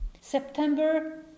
September